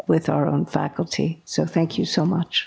with our own faculty so thank you so much